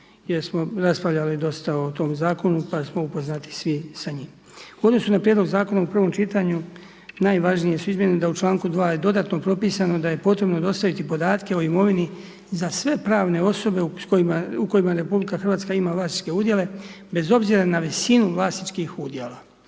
jer smo raspravljali dosta o tom Zakonu, pa smo upoznati svi sa njim. U odnosu na Prijedlog Zakona u prvom čitanju najvažnije su izmjene da u čl. 2. je dodatno propisano da je potrebno dostaviti podatke o imovini za sve pravne osobe u kojima RH ima vlasničke udjele, bez obzira na visinu vlasničkih udjela.